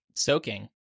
soaking